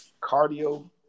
cardio